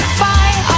fight